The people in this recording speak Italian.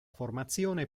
formazione